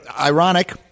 Ironic